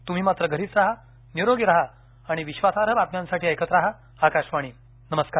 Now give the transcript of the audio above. तुम्ही मात्र घरीच राहा निरोगी राहा आणि विश्वासार्ह बातम्यांसाठी ऐकत राहा आकाशवाणी नमस्कार